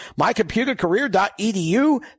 mycomputercareer.edu